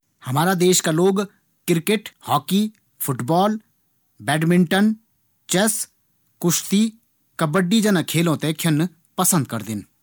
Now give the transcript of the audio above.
हमारा देश का लोग क्रिकेट, फूटबॉल, बैटमिंटन, चेस, कुश्ती और कब्बड्डी जना खेलों थें खेलणु पसंद करदिन।